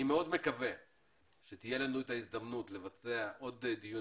אני מקווה מאוד שתהיה לנו את ההזדמנות לבצע עוד דיון